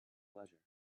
pleasure